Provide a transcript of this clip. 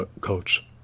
coach